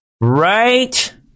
right